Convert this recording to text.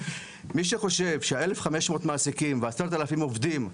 מי שחושב ש-1,500 מעסיקים ו-10,000 עובדים,